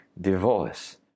divorce